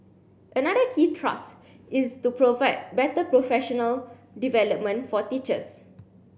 another key thrust is to provide better professional development for teachers